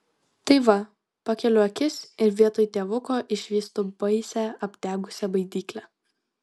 tai va pakeliu akis ir vietoj tėvuko išvystu baisią apdegusią baidyklę